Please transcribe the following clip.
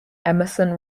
emerson